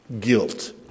guilt